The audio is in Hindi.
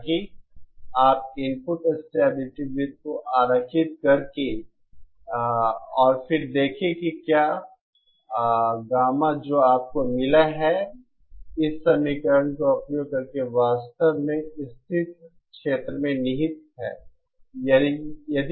ताकि आप इनपुट स्टेबिलिटी वृत्त को आरेखित करके कर सकें और फिर देखें कि क्या गामा जो आपको मिला है इस समीकरण का उपयोग करके वास्तव में स्थिर क्षेत्र में निहित है